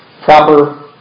proper